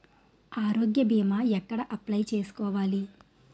ఆరోగ్య భీమా ఎక్కడ అప్లయ్ చేసుకోవాలి?